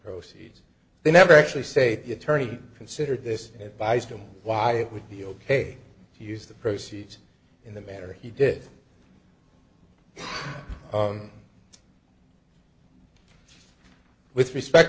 proceeds they never actually say the attorney considered this advice to him why it would be ok to use the proceeds in the matter he did own with respect